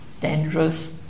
dangerous